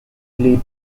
les